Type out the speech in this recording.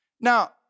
Now